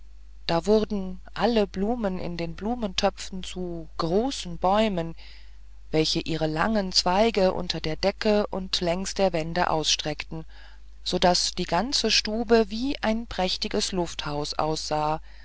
da wurden alle blumen in den blumentöpfen zu großen bäumen welche ihre langen zweige unter der decke und längs der wände ausstreckten sodaß die ganze stube wie ein prächtiges lufthaus aussah